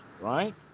right